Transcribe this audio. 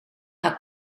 haar